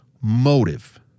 motive